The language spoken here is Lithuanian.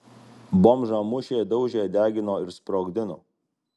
bomžą mušė daužė degino ir sprogdino